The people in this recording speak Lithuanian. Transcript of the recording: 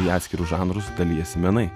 į atskirus žanrus dalijasi menai